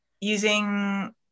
using